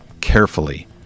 carefully